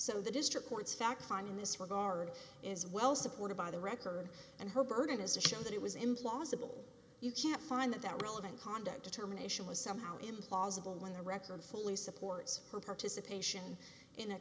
so the district court's fact fine in this regard is well supported by the record and her burden is a show that it was implausible you can't find that that relevant conduct determination was somehow implausible when the record fully supports her participation in a